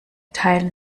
teilen